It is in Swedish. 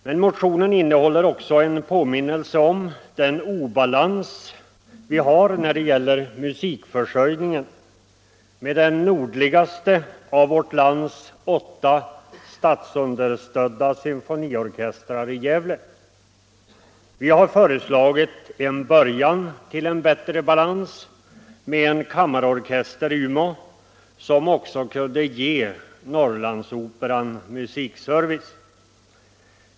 Men motionen innehåller också en påminnelse om den obalans vi har när det gäller musikförsörjningen, med den nordligaste av vårt lands åtta statsunderstödda symfoniorkestrar i Gävle. Vi har föreslagit en början till en bättre balans med en kammarorkester i Umeå, som också kunde ge Norrlandsoperan musikservice.